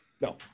No